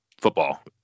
football